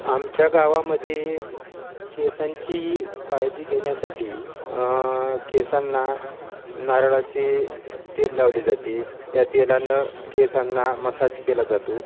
आमच्या गावामध्ये केसांची काळजी घेण्यासाठी केसांना नारळाचे तेल लावले जाते त्या तेलानं केसांना मसाज केला जातो